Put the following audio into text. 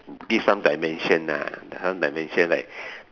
give some dimension ah some dimension like